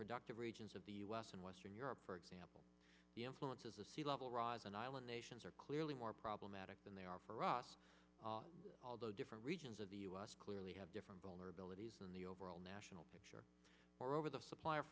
productive regions of the us and western europe for example the influence of the sea level rise in island nations are clearly more problematic than they are for us although different regions of the u s clearly have different vulnerabilities in the overall national picture moreover the supply of